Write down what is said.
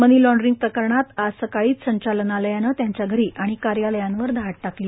मनी laundering प्रकरणात आज सकाळीच ईडीने त्यांच्या घरी आणि कार्यालयांवर धाड टाकली